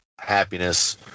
happiness